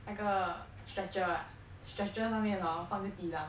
那个 stretcher ah structurer 上面 hor 放一个 dilam